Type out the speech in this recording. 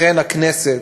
לכן, הכנסת,